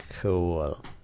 cool